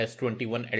S21